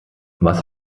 was